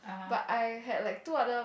but I had like two other